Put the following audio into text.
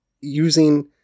using